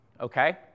okay